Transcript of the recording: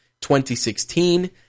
2016